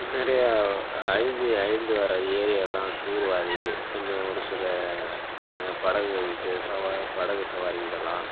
நிறையா அழிந்து அழிந்து வர ஏரியெல்லா தூர்வாரி கொஞ்சம் ஒரு சில படகுகள் விட்டு சவா படகு சவாரி விடலாம்